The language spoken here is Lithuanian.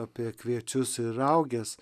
apie kviečius ir rauges